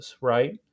right